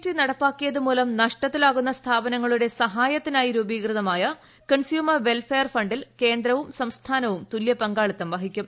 T നടപ്പാക്കിയതുമൂലം നഷ്ടത്തിലാവുന്ന സ്ഥാപനങ്ങളുടെ സഹായത്തിനായി രൂപീകൃതമായ കൺസ്യൂമർ വെൽഫെയർ ിൽ കേന്ദ്രവും സംസ്ഥാനവും തുല്യ പങ്കാളിത്തം വഹിക്കും